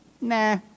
nah